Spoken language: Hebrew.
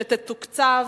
שתתוקצב,